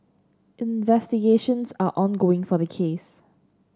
investigations are ongoing for the case